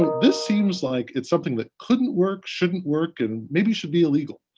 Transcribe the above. this seems like it's something that couldn't work, shouldn't work, and maybe should be illegal.